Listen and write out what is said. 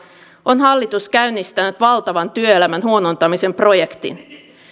on hallitus käynnistänyt valtavan työelämän huonontamisen projektin